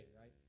right